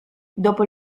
dopo